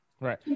Right